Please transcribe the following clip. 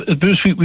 Bruce